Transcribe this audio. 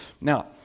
Now